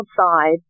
outside